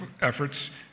efforts